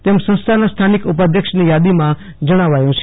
તેમ સંસ્થાના સ્થાનિક ઉપાધ્યક્ષની યાદીમાં જણાવાયું છે